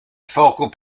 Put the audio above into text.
focal